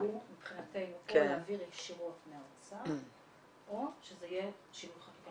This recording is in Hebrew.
הוא מבחינתנו או להעביר ישירות מהאוצר או שזה יהיה שינוי חקיקה.